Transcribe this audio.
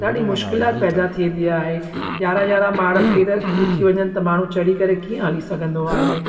ॾाढी मुश्किलाति पैदा थी वेंदी आहे यारहां यारहां माड़ा पेर दुखी वञनि त माण्हू चढ़ी करे कीअं हली सघंदो आहे